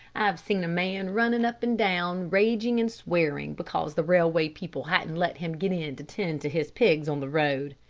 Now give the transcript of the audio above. i've seen a man running up and down, raging and swearing because the railway people hadn't let him get in to tend to his pigs on the road.